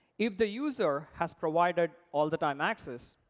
if the user has provided all-the-time access,